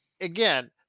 Again